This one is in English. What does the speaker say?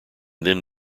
then